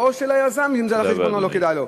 או שליזם לא כדאי.